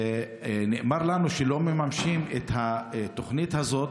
ונאמר לנו שלא מממשים את התוכנית הזאת.